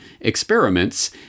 experiments